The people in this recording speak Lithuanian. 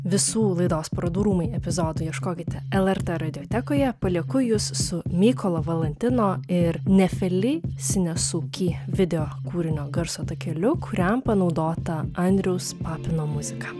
visų laidos parodų rūmai epizodų ieškokite lrt radiotekoje palieku jus su mykolo valantino ir nefeli sinesuki videokūrinio garso takeliu kuriam panaudota andriaus papino muzika